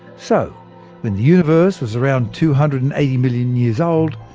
so when the universe was around two hundred and eighty million years old,